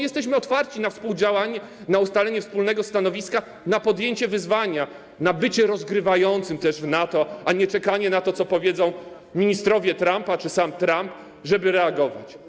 Jesteśmy otwarci na współdziałanie, na ustalenie wspólnego stanowiska, na podjęcie wyzwania, na bycie rozgrywającym w NATO, a nie czekanie na to, co powiedzą ministrowie Trumpa czy sam Trump, żeby reagować.